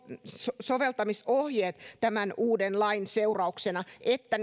soveltamisohjeet tämän uuden lain seurauksena että